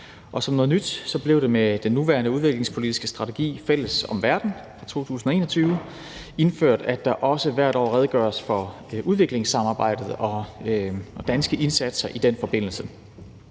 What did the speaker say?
og som noget nyt blev det med den nuværende udviklingspolitiske strategi »Fælles om Verden« fra 2021 indført, at der også hvert år redegøres for udviklingssamarbejdet og danske indsatser i den forbindelse.